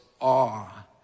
awe